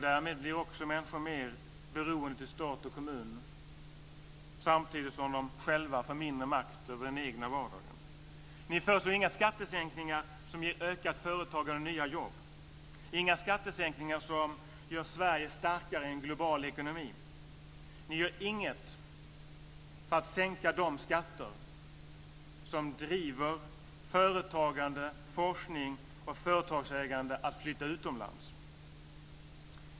Därmed blir också människor mer beroende av stat och kommun samtidigt som de själva får mindre makt över den egna vardagen. Ni föreslår inga skattesänkningar som ger ökat företagande och nya jobb, inga skattesänkningar som gör Sverige starkare i en global ekonomi. Ni gör inget för att sänka de skatter som driver företagande, forskning och företagsägande att flytta utomlands.